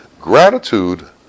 Gratitude